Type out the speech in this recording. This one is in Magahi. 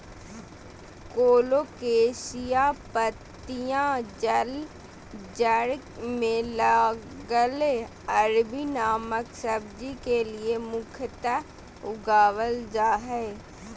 कोलोकेशिया पत्तियां जड़ में लगल अरबी नामक सब्जी के लिए मुख्यतः उगाल जा हइ